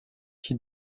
qui